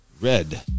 Red